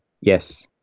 Yes